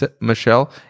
michelle